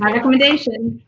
recommendation.